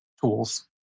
tools